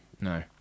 No